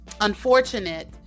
unfortunate